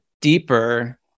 deeper